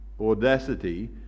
audacity